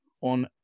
on